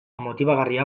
motibagarria